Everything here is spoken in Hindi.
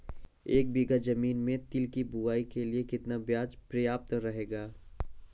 एक बीघा ज़मीन में तिल की बुआई के लिए कितना बीज प्रयाप्त रहेगा?